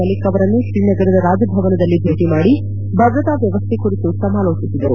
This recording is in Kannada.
ಮಲ್ಲಿಕ್ ಅವರನ್ನು ಶ್ರೀನಗರದ ರಾಜಭವನದಲ್ಲಿ ಭೇಟಿ ಮಾಡಿ ಭದ್ರತಾ ವ್ತವಸ್ಸೆ ಕುರಿತು ಸಮಾಲೋಚನೆ ನಡೆಸಿದರು